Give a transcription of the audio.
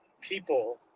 people